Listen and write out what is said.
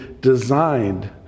designed